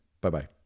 Bye-bye